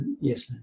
Yes